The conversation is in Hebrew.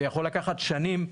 זה יכול לקחת שנים.